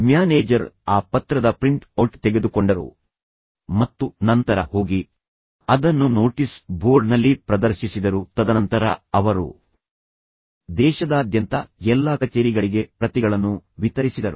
manager ಆ ಪತ್ರದ print out ತೆಗೆದುಕೊಂಡರು ಮತ್ತು ನಂತರ ಹೋಗಿ ಅದನ್ನು ನೋಟಿಸ್ ಬೋರ್ಡ್ನಲ್ಲಿ ಪ್ರದರ್ಶಿಸಿದರು ತದನಂತರ ಅವರು ದೇಶದಾದ್ಯಂತ ಎಲ್ಲಾ ಕಚೇರಿಗಳಿಗೆ ಪ್ರತಿಗಳನ್ನು ವಿತರಿಸಿದರು